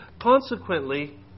Consequently